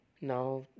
Now